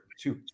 two